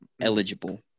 eligible